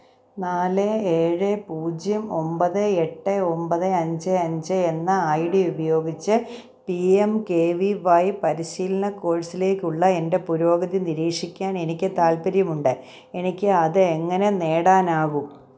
നാല് ഏഴ് പൂജ്യം ഒൻപത് എട്ട് ഒൻപത് അഞ്ച് അഞ്ച് എന്ന ഐ ഡി ഉപയോഗിച്ച് P M K V Y പരിശീലന കോഴ്സിലേക്കുള്ള എന്റെ പുരോഗതി നിരീക്ഷിക്കാൻ എനിക്ക് താത്പര്യമുണ്ട് എനിക്ക് അത് എങ്ങനെ നേടാനാകും